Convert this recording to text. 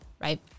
right